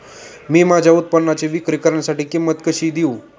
मी माझ्या उत्पादनाची विक्री करण्यासाठी किंमत कशी देऊ?